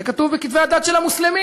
זה כתוב בכתבי הדת של המוסלמים,